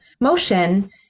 motion